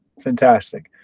Fantastic